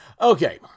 Okay